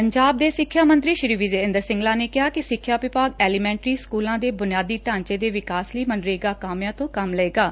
ਪੰਜਾਬ ਦੇ ਸਿੱਖਿਆ ਮੰਤਰੀ ਸ਼ੀ ਵਿਜੈ ਇੰਦਰ ਸਿੰਗਲਾ ਨੇ ਕਿਹਾ ਕਿ ਸਿੱਖਿਆ ਵਿਭਾਗ ਐਲੀਮੈਂਟਰੀ ਸਕੁਲਾਂ ਦੇ ਬੁਨਿਆਦੀ ਢਾਂਚੇ ਦੇ ਵਿਕਾਸ ਲਈ ਮਨਰੇਗਾ ਕਾਮਿਆਂ ਤੋਂ ਕੰਮ ਲਵੇਗੀ